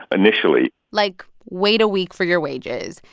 initially like, wait a week for your wages.